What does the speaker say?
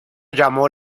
llamó